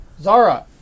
Zara